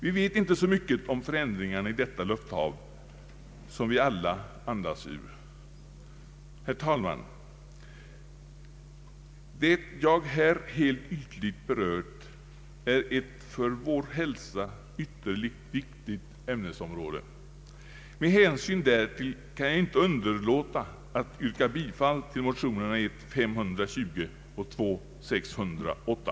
Vi vet inte så mycket om förändringarna i detta lufthav som vi alla andas ur. Herr talman! Det jag här helt ytligt berört är ett för vår hälsa ytterligt viktigt ämnesområde. Med hänsyn därtill kan jag inte underlåta att yrka bifall till motionerna I: 520 och II: 608.